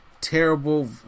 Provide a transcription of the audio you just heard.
terrible